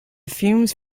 fumes